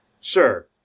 Sure